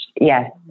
yes